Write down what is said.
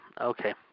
Okay